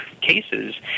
cases